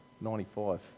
ninety-five